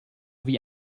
wie